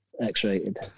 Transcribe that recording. x-rated